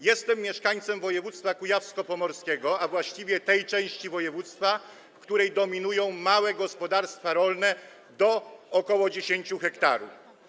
Jestem mieszkańcem województwa kujawsko-pomorskiego, a właściwie tej części województwa, w której dominują małe gospodarstwa rolne, do ok. 10 ha.